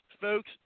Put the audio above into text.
folks